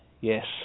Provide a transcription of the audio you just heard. Yes